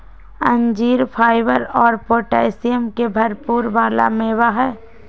अंजीर फाइबर और पोटैशियम के भरपुर वाला मेवा हई